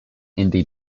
indie